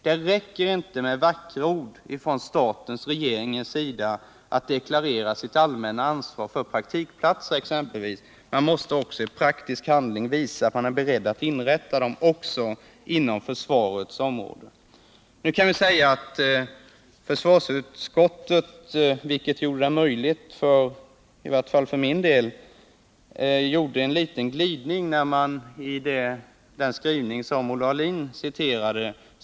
Det räcker inte med vackra ord från statens och regeringens sida, det räcker inte med att man deklarerar sitt allmänna ansvar för praktikplatser — man måste i praktisk handling visa att man är beredd att inrätta dem, också på försvarets område. Försvarsutskottet gjorde en liten glidning i sin skrivning, som Olle Aulin citerade.